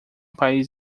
país